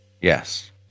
Yes